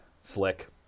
Slick